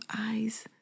eyes